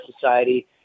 society